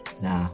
Nah